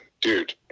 dude